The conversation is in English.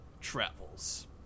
travels